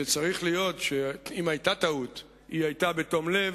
שצריך להיות שאם היתה טעות היא היתה בתום לב,